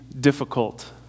difficult